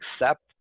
accept